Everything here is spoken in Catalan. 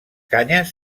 canyes